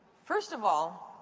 first of all,